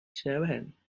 seven